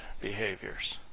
behaviors